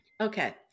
Okay